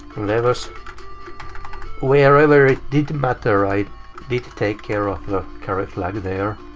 wherever so wherever it did matter i did take care of the carry flag there.